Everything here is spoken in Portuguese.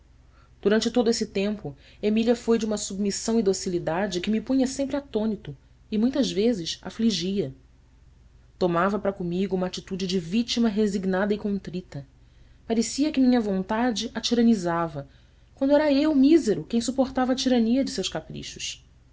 durante todo esse tempo emília foi de uma submissão e docilidade que me punha sempre atônito e muitas vezes afligia tomava para comigo uma atitude de vítima resignada e contrita parecia que minha vontade a tiranizava quando era eu mísero quem suportava a tirania de seus caprichos